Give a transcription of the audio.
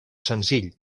senzill